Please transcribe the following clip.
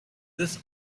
this